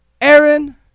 Aaron